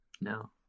no